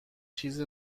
چیز